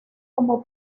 como